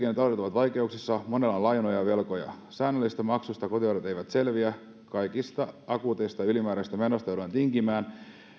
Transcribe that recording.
vaikeuksissa monella on lainoja ja velkoja säännöllisistä maksuista kotitaloudet eivät selviä ja kaikista akuuteista ja ylimääräisistä menoista joudutaan tinkimään